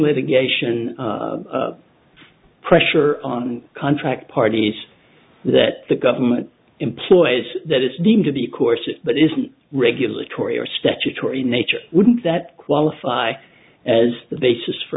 litigation pressure on contract parties that the government employs that it's deemed to be of course but isn't regulatory or statutory nature wouldn't that qualify as the basis for